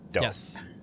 Yes